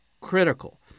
critical